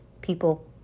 people